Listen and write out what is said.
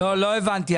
לא הבנתי,